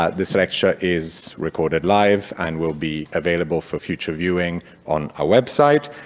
ah this lecture is recorded live and will be available for future viewing on our website.